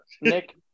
Nick